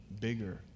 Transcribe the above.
bigger